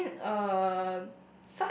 I mean uh